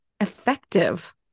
effective